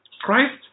Christ